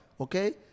Okay